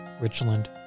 Richland